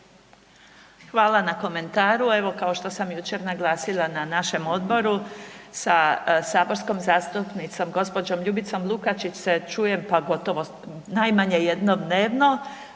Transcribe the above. Hvala na komentaru. Evo kao što sam jučer naglasila na našem odboru, sa saborskom zastupnicom gđom. Ljubicom Lukačić se čujem, pa gotovo najmanje jednom dnevno,